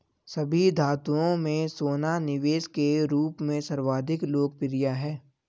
सभी धातुओं में सोना निवेश के रूप में सर्वाधिक लोकप्रिय है